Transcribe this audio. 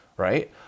Right